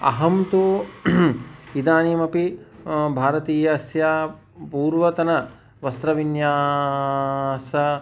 अहं तु इदानीम् अपि भरतस्य पूर्वतनवस्त्रविन्यासं